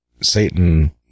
Satan